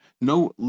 no